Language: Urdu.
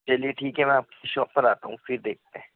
چلیے ٹھیک ہے میں آپ کی شاپ پر آتا ہوں پھر دیکھتے ہیں